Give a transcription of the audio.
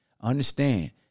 understand